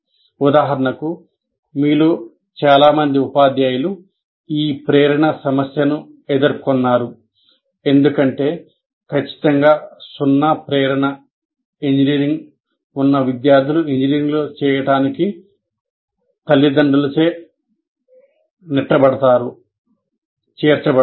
ఉదాహరణకు మీలో చాలా మంది ఉపాధ్యాయులు ఈ ప్రేరణ సమస్యను ఎదుర్కొన్నారు ఎందుకంటే ఖచ్చితంగా సున్నా ప్రేరణ ఇంజనీరింగ్ ఉన్న విద్యార్థులు ఇంజనీరింగ్ చేయడానికి తల్లిదండ్రులచే నెట్టబడతారు